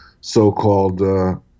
so-called